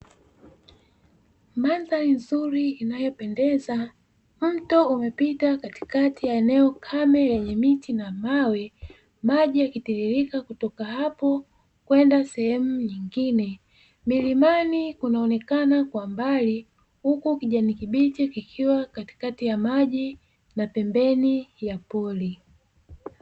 Mandhari nzuri inayopendeza, mto umepita katikati ya eneo kame lenye miti na mawe maji yakitiririka kutoka hapo kwenda sehemu nyingine, milimani kunaonekana kwa mbali huku kijani kibichi kikiwa katikati ya maji na pembeni ya pori.